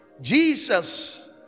Jesus